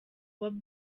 wabo